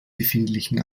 befindlichen